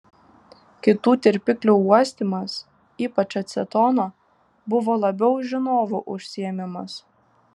kitų tirpiklių uostymas ypač acetono buvo labiau žinovų užsiėmimas